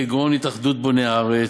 כגון התאחדות "בוני הארץ",